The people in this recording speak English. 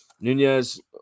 Nunez